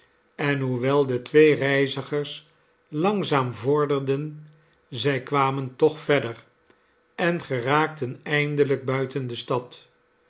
en hoewel de twee reizigers langzaam vorderden zij kwamen toch verder en geraakten eindelijk buiten de stad